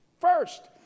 First